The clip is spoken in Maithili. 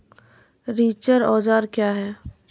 रिचर औजार क्या हैं?